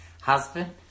Husband